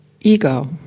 ego